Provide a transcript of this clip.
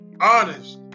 honest